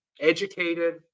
educated